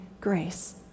grace